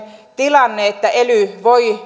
tilanne että ely